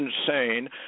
insane